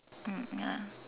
mm ya